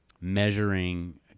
measuring